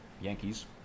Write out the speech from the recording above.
Yankees